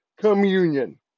Communion